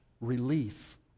relief